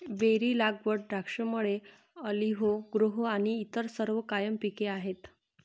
berry लागवड, द्राक्षमळे, olive grove आणि इतर सर्व कायम पिके आहेत